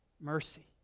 mercy